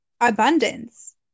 abundance